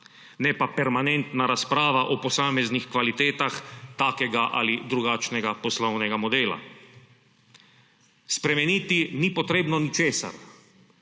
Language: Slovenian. ne pa permanentna razprava o posameznih kvalitetah takega ali drugačnega poslovnega modela. Spremeniti ni potrebno ničesar,